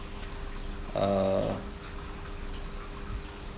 uh